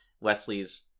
wesley's